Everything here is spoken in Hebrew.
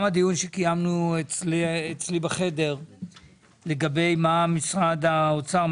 הדיון שקיימנו אצלי בחדר לגבי מה משרד האוצר,